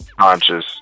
conscious